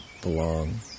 belong